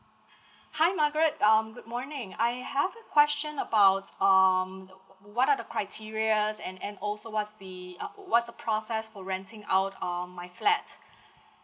hi margaret um good morning I have a question about um wha~ what are the criterias and and also what's the uh what's the process for renting out um my flat